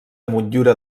motllura